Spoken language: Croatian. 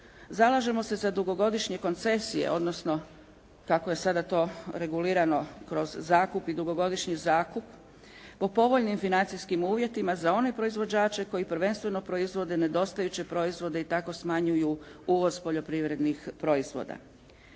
Zalažemo se za dugogodišnje koncesije odnosno kako je sada to regulirano kroz zakup i dugogodišnji zakup po povoljnim financijskim uvjetima za one proizvođače koji prvenstveno proizvode nedostajuće proizvode i tako smanjuju uvoz poljoprivrednih proizvoda.